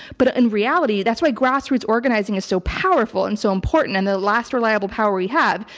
but in reality, that's why grassroots organizing is so powerful and so important and the last reliable power we have.